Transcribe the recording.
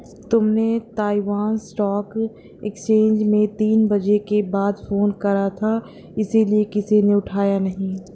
तुमने Taiwan stock exchange में तीन बजे के बाद फोन करा था इसीलिए किसी ने उठाया नहीं